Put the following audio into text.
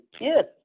Yes